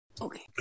Okay